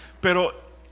Pero